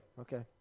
okay